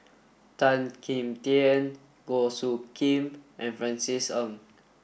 Tan Kim Tian Goh Soo Khim and Francis Ng